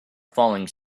falling